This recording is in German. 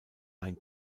ein